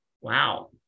Wow